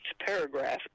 paragraph